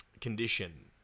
condition